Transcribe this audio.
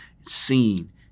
seen